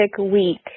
week